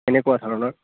এনেকুৱা ধৰণৰ